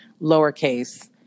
lowercase